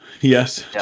Yes